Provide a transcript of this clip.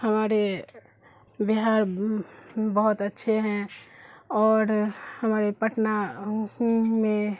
ہمارے بہار بہت اچھے ہیں اور ہمارے پٹنہ میں